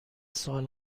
سال